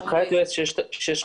זה הנחיית יועץ 6.5000,